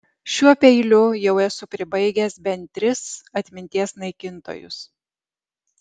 šiuo peiliu jau esu pribaigęs bent tris atminties naikintojus